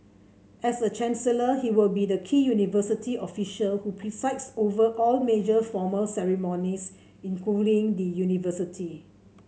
as chancellor he will be the key university official who presides over all major formal ceremonies involving the university